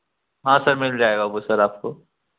हाँ सर मिल जाएगा वो सर आपको